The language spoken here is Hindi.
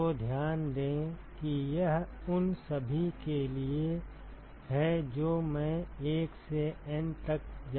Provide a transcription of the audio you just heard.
तो ध्यान दें कि यह उन सभी के लिए है जो मैं 1 से N तक जा रहा हूं